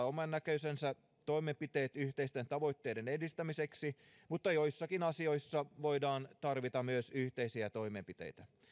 omannäköisensä toimenpiteet yhteisten tavoitteiden edistämiseksi mutta joissakin asioissa voidaan tarvita myös yhteisiä toimenpiteitä